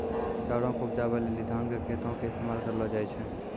चाउरो के उपजाबै लेली धान के खेतो के इस्तेमाल करलो जाय छै